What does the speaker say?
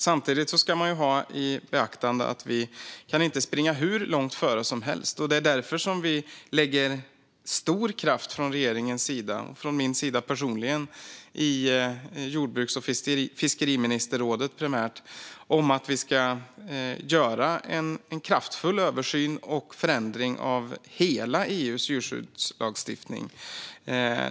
Samtidigt ska man ha i beaktande att vi inte kan springa hur långt före som helst, och det är därför som vi lägger stor kraft från regeringens sida, och från min sida personligen, primärt i jordbruks och fiskerådet, på att göra en kraftfull översyn och förändring av hela EU:s djurskyddslagstiftning.